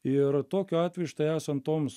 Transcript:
ir tokiu atveju štai esan toms